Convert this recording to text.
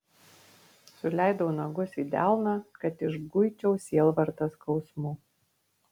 suleidau nagus į delną kad išguičiau sielvartą skausmu